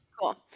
Cool